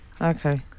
Okay